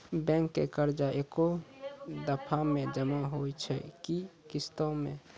Bank के कर्जा ऐकै दफ़ा मे जमा होय छै कि किस्तो मे?